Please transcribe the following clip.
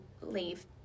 leave